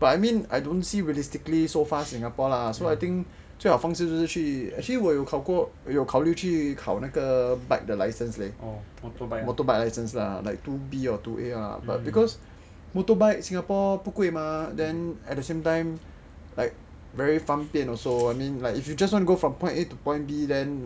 but I mean I don't see realistically so far singapore lah so I think 最好方法是 actually 我有考虑考过去考那个 bike 的 license leh motorbike licence ah like two B or two A leh but because motorbike singapore 不贵 mah then at the same time like very 方便 also I mean like if you just want go from point A to point B then